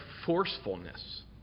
forcefulness